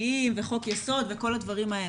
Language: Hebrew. החוקתיים וחוק יסוד וכל הדברים האלה.